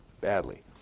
badly